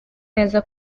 neza